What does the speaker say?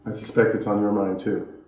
suspect it's on your mind, too.